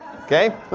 Okay